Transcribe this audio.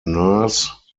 nurse